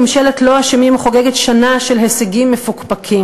ממשלת "לא אשמים" חוגגת שנה של הישגים מפוקפקים.